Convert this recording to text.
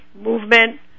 movement